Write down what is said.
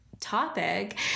topic